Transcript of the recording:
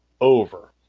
over